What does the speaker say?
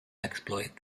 exploit